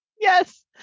Yes